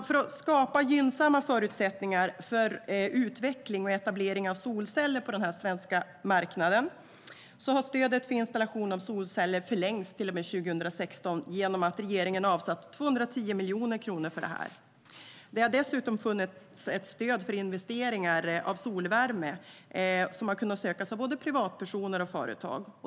För att skapa gynnsamma förutsättningar för utveckling och etablering av solceller på den svenska marknaden har stödet för installation av solceller förlängts till och med 2016 genom att regeringen har avsatt 210 miljoner kronor för detta. Det har dessutom funnits ett stöd för investeringar i solvärme som har kunnat sökas av både privatpersoner och företag.